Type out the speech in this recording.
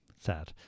Sad